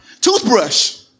Toothbrush